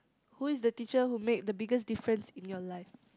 who is the teacher who made the biggest difference in your life